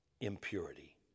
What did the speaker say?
impurity